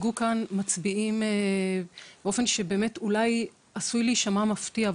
שהוצגו כאן מצביעים באופן שבאמת אולי עשוי להישמע מפתיע,